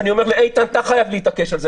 ואני אומר לאיתן: אתה חייב להתעקש על זה,